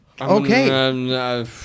Okay